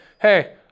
Hey